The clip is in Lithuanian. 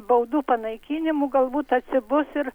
baudų panaikinimu galbūt atsibus ir